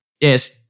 yes